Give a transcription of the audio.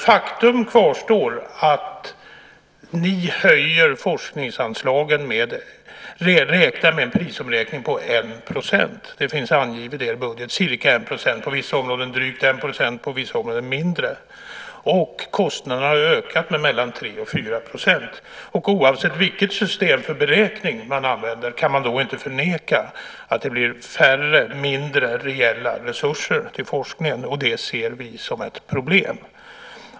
Faktum kvarstår att ni - det finns angivet i er budget - räknar med en prisomräkning på ca 1 %, på vissa områden drygt 1 % och på andra områden mindre, och kostnaderna har ökat med mellan 3 och 4 %. Oavsett vilket system man använder för beräkning kan man inte förneka att det blir mindre reella resurser till forskningen, och det ser vi som ett problem.